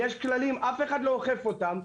יש כללים, אף אחד לא אוכף אותם.